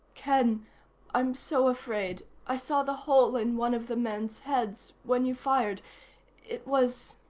ken i'm so afraid. i saw the hole in one of the men's heads, when you fired it was